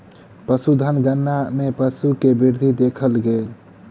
पशुधन गणना मे पशु के वृद्धि देखल गेल